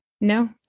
No